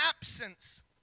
absence